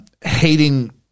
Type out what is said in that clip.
hating